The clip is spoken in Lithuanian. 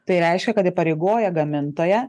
tai reiškia kad įpareigoja gamintoją